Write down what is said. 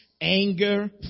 anger